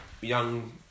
young